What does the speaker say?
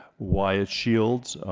wyatt shields